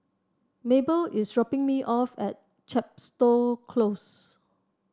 Maebelle is dropping me off at Chepstow Close